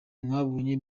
mwabonye